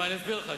אני אסביר לך,